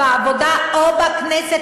בעבודה או בכנסת,